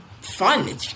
fun